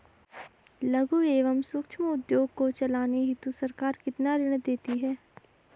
लघु एवं सूक्ष्म उद्योग को चलाने हेतु सरकार कितना ऋण देती है?